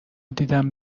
دیدم